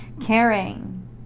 caring